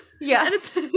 Yes